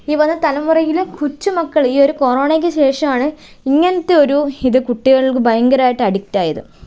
ഈ വക തലമുറയിലെ കൊച്ചുമക്കളെ ഈയൊരു കൊറോണയ്ക്ക് ശേഷമാണ് ഇങ്ങനത്തെ ഒരു ഇത് കുട്ടികൾക്ക് ഭയങ്കരമായിട്ട് അഡിക്റ്റായത്